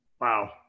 wow